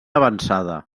avançada